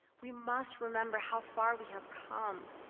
we must remember how far we have come.